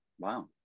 Wow